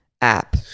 app